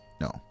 no